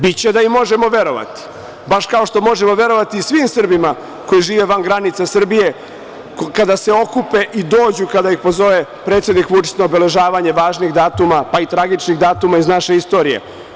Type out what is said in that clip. Biće da im možemo verovati, baš kao što možemo verovati i svim Srbima koji žive van granica Srbije kada se okupe i dođu kada ih pozove predsednik Vučić na obeležavanje važnih datuma, pa i tragičnih datuma iz naše istorije.